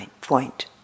point